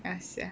ya sia